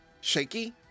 Shaky